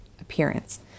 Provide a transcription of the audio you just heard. appearance